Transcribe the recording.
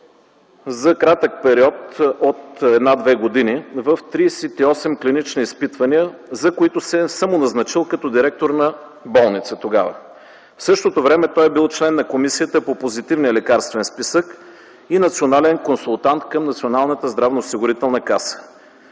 за кратък период от 1-2 години в 38 клинични изпитвания, за които се е самоназначил като директор на болница тогава. В същото време той е бил член на Комисията по позитивния лекарствен списък и национален консултант към Националната здравноосигурителна каса.